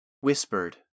whispered